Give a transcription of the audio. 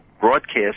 broadcast